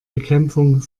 bekämpfung